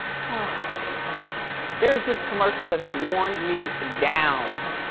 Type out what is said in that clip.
ah there's this commercial that has worn me down.